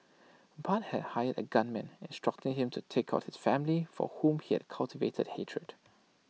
Bart had hired A gunman instructing him to take out his family for whom he had cultivated hatred